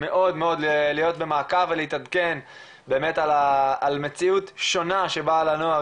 מאוד להיות במעקב ולהתעדכן באמת על מציאות שונה שבה לנוער